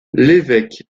l’évêque